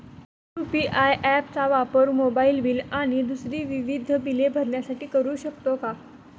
UPI app चा वापर mobile bill आणि दुसरी विविध बिले भरण्यासाठी करू शकतो का?